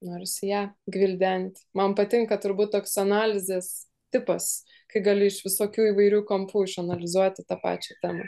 norisi ją gvildent man patinka turbūt toks analizės tipas kai gali iš visokių įvairių kampų išanalizuoti tą pačią temą